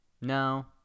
No